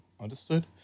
Understood